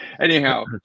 Anyhow